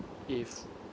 if